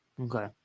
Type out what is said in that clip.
Okay